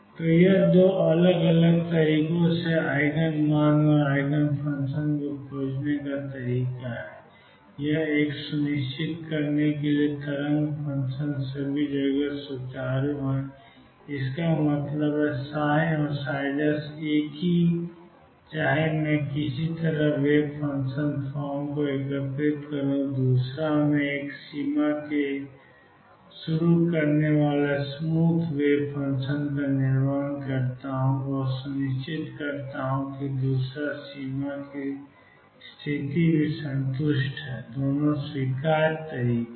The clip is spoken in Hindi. तो यह दो अलग अलग तरीकों से आइगन मान और आइगन function को खोजने का तरीका है एक यह सुनिश्चित करके कि तरंग फ़ंक्शन सभी जगह सुचारू है इसका मतलब है और एक ही हैं चाहे मैं किस तरफ वेव फंक्शन फॉर्म को एकीकृत करूं और दूसरा मैं एक सीमा से शुरू होने वाले स्मूथ वेव फंक्शन का निर्माण करता हूं और सुनिश्चित करता हूं कि दूसरी सीमा की स्थिति भी संतुष्ट है दोनों स्वीकार्य तरीके हैं